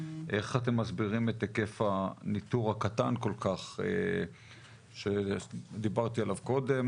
איך אתם מסבירים את היקף הניטור הקטן כל כך שדיברתי עליו קודם?